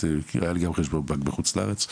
היה לי גם חשבון בנק בחוץ לארץ,